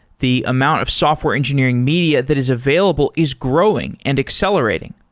the amount of software engineering media that is available is growing and accelerating.